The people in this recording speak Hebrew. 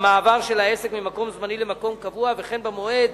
במעבר של העסק ממקום זמני למקום קבוע וכן במועד